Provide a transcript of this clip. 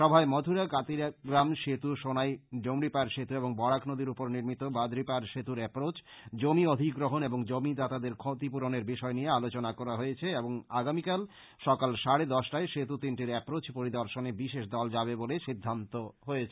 সভায় মধুরা করাতিগ্রাম সেতু সোনাই ডুমরিপার সেতু এবং বরাক নদীর উপর নির্মিত বাদরিপার সেতুর এপ্রোচ জমি অধিগ্রহন এবং জমিদাতাদের ক্ষতিপূরনের বিষয় নিয়ে আলোচনা করা হয়েছে এবং আগামীকাল সকাল সাড়ে দশটায় সেতু তিনটির এপ্রোচ পরিদর্শনে বিশেষ দল যাবে বলে সিদ্ধান্ত হয়েছে